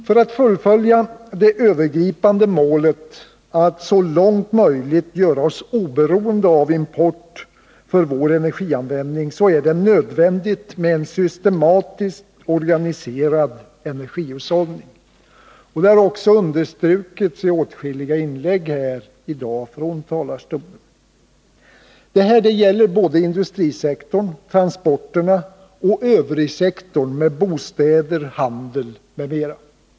För att fullfölja det övergripande målet att så långt som möjligt göra oss oberoende av import för vår energianvändning är det nödvändigt med en systematiskt organiserad energihushållning. Det har också understrukits i åtskilliga inlägg här från talarstolen. Det gäller både industrisektorn, transporterna och övrigsektorn med bostäder, handeln m.m.